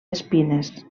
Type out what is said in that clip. espines